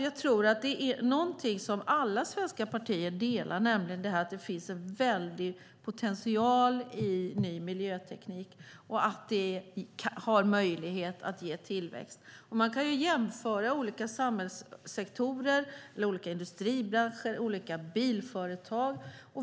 Jag tror att det finns någonting som alla svenska partier delar, nämligen att det finns en väldig potential i ny miljöteknik och att det har möjlighet att ge tillväxt. Man kan jämföra olika samhällssektorer, olika industribranscher och olika bilföretag.